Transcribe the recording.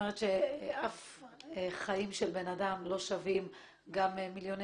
אף חיים של בן אדם לא שווים גם מיליוני